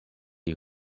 you